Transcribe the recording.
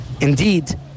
indeed